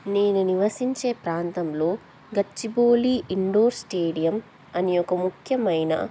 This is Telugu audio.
నేను నివసించే ప్రాంతంలో గచ్చిబోలి ఇండోర్ స్టేడియం అనే ఒక ముఖ్యమైన